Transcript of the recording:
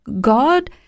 God